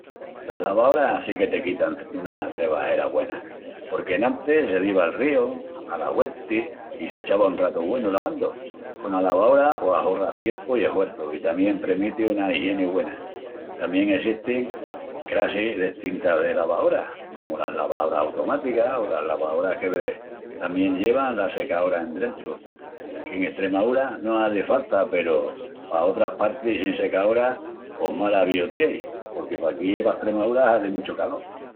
Las lavaoras sí que te quitan una trebajera güena. Porque enantis se diva al ríu, ala huenti i s'echava un ratu güenu lavandu. Cona lavaora pos ahorras tiempu i eshuerçu i tamién premiti una igieni güena. Tamién essestin crassis destintas de lavaoras, comu las lavaoras automáticas o las lavaoras que tamién llevan la secaora endrentu, qu'en Estremaúra no hazi falta peru pa otras partis sin secaora pos mal avíu tieis porque paquí pa Estremaúra hazi mucha calol.